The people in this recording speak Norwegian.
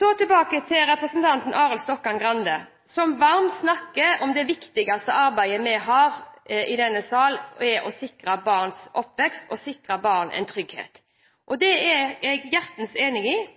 Så tilbake til representanten Arild Stokkan-Grande, som varmt snakker om at det viktigste arbeidet vi gjør i denne sal, er å sikre barns oppvekst og sikre barn en trygghet. Det